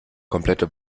komplette